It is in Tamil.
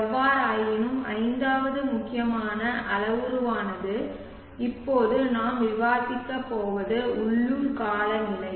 எவ்வாறாயினும் ஐந்தாவது முக்கியமான அளவுருவானது இப்போது நாம் விவாதிக்கப் போவது உள்ளூர் காலநிலை